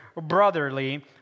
brotherly